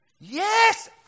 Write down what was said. Yes